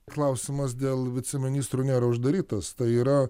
klausimas dėl viceministrų nėra uždarytas tai yra